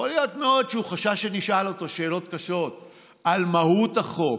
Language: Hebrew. יכול להיות מאוד שהוא חשש שנשאל אותו שאלות קשות על מהות החוק,